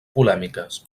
polèmiques